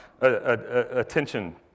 attention